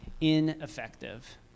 ineffective